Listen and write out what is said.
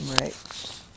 Right